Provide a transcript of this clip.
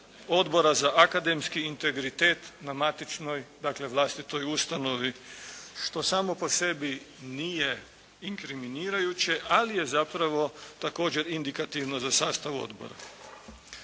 za akademski integritet na matičnoj, dakle vlastitoj ustanovi, što samo po sebi nije inkriminirajuće, ali je zapravo također indikativno za sastav odbora.